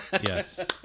Yes